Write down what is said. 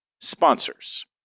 Sponsors